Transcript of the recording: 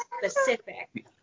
specific